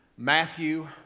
Matthew